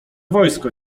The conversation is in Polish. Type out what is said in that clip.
wojsko